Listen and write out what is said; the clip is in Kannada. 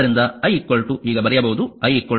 i vR ಅಂದರೆ v2 R ಸರಿ